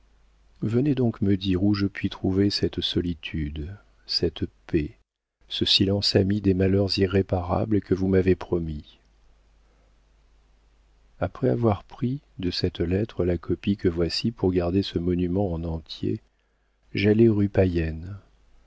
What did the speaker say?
venez donc me dire où je puis trouver cette solitude cette paix ce silence amis des malheurs irréparables et que vous m'avez promis après avoir pris de cette lettre la copie que voici pour garder ce monument en entier j'allai rue